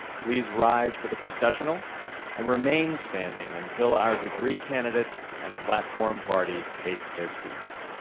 please rise for the processional and remain standing until our degree candidates and platform party take their seats.